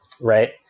Right